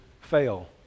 fail